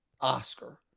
Oscar